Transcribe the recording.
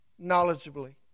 Knowledgeably